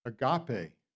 agape